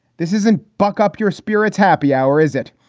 this isn't buck up your spirits. happy hour, is it?